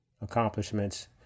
Accomplishments